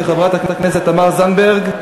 של חברת הכנסת תמר זנדברג,